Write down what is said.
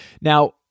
Now